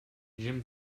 jim